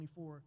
24